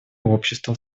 общество